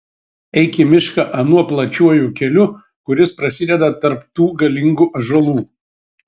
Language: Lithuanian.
eik į mišką anuo plačiuoju keliu kuris prasideda tarp tų galingų ąžuolų